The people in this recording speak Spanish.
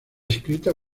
escrita